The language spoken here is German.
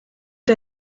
der